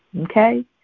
okay